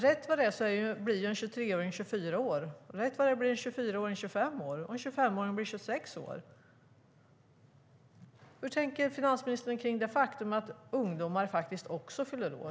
Rätt vad det är blir en 23-åring 24 år, en 24-åring 25 år och en 25-åring 26 år. Hur tänker finansministern kring det faktum att ungdomar faktiskt också fyller år?